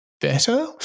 better